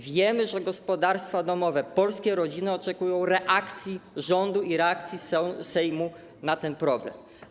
Wiemy, że gospodarstwa domowe, polskie rodziny oczekują reakcji rządu i reakcji Sejmu na ten problem.